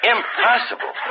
Impossible